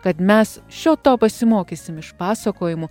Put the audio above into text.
kad mes šio to pasimokysim iš pasakojimų